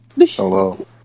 Hello